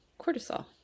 cortisol